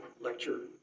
lecture